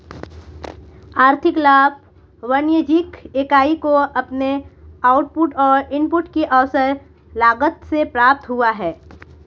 आर्थिक लाभ वाणिज्यिक इकाई को अपने आउटपुट और इनपुट की अवसर लागत से प्राप्त हुआ है